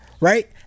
Right